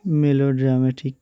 melodramatic